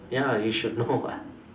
ya you should know what